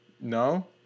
No